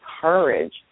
courage